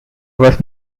was